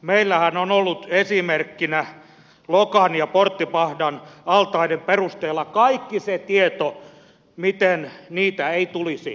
meillähän on ollut esimerkkinä lokan ja porttipahdan altaiden perusteella kaikki se tieto miten niitä ei tulisi rakentaa